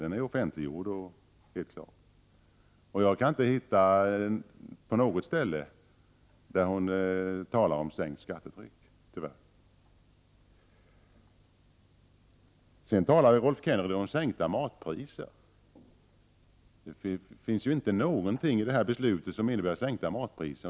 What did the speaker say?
Den är offentliggjord och helt klar. Jag kan inte hitta något ställe där hon talar om sänkt skattetryck — tyvärr. Rolf Kenneryd talade om sänkta matpriser. Det finns inte någonting i det föreliggande förslaget som innebär sänkta matpriser.